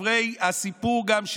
דברי הסיפור גם,